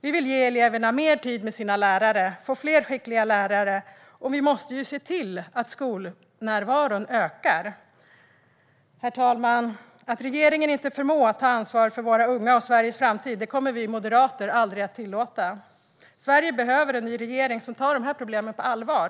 Vi vill ge eleverna mer tid med sina lärare, få fler skickliga lärare och se till att skolnärvaron ökar. Herr talman! Att regeringen inte förmår att ta ansvar för våra unga och Sveriges framtid kommer vi moderater aldrig att tillåta. Sverige behöver en ny regering som tar problemen på allvar.